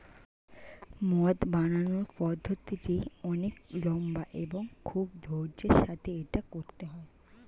মদ বানানোর পদ্ধতিটি অনেক লম্বা এবং খুব ধৈর্য্যের সাথে এটা করতে হয়